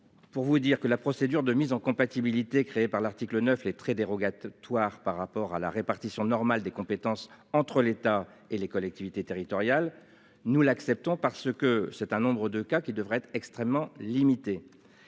Pour vous dire que la procédure de mise en compatibilité créé par l'article 9 les très dérogatoire par rapport à la répartition normale des compétences entre l'État et les collectivités territoriales nous l'acceptons parce que certains nombres de cas qui devraient être extrêmement limités.